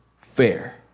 fair